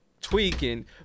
tweaking